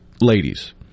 ladies